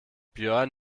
björn